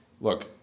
look